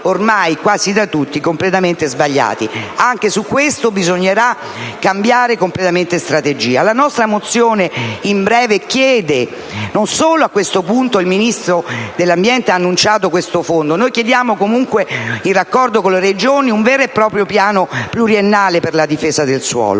ormai quasi da tutti completamente sbagliati. Anche su questo bisognerà cambiare completamente la strategia. La nostra mozione in breve chiede - il Ministro dell'ambiente ha annunciato questo fondo - in raccordo con le Regioni un vero e proprio piano pluriennale per la difesa del suolo